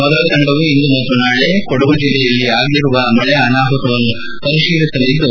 ಮೊದಲ ತಂಡವು ಇಂದು ಮತ್ತು ನಾಳೆ ಕೊಡಗು ಜಿಲ್ಲೆಯಲ್ಲಿ ಆಗಿರುವ ಮಳೆ ಅನಾಹುತವನ್ನು ಪರಿಶೀಲಿಸಿಲಿದ್ದು